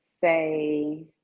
say